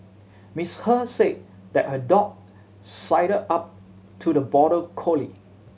Miss He said that her dog sidled up to the border collie